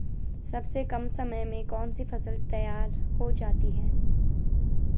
सबसे कम समय में कौन सी फसल तैयार हो जाती है?